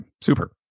super